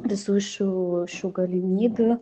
visų šių šių galimybių